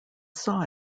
saw